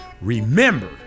Remember